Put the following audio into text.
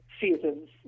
seasons